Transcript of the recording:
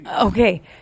Okay